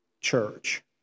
church